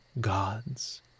gods